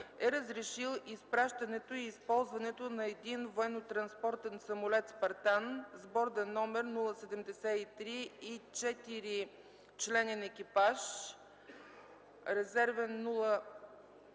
е разрешил изпращането и използването на един военнотранспортен самолет „Спартан” с борден № 073 и четиричленен екипаж (резервен №